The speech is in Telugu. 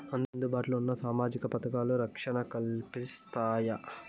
అందుబాటు లో ఉన్న సామాజిక పథకాలు, రక్షణ కల్పిస్తాయా?